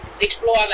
explore